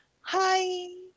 Hi